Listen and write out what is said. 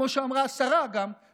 כמו שאמרה גם השרה קודם,